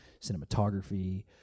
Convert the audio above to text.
cinematography